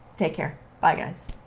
take care. bye, guys.